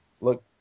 look